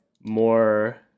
more